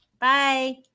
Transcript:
Bye